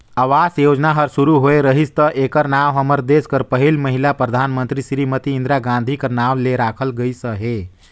आवास योजना हर सुरू होए रहिस ता एकर नांव हमर देस कर पहिल महिला परधानमंतरी सिरीमती इंदिरा गांधी कर नांव ले राखल गइस अहे